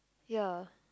ya